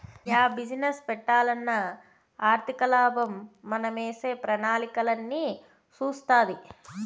yeah business పెట్టాలన్నా ఆర్థికలాభం మనమేసే ప్రణాళికలన్నీ సూస్తాది